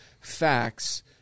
facts